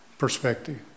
perspective